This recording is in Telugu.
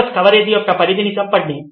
సిలబస్ కవరేజ్ యొక్క పరిధని చెప్పండి